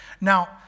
Now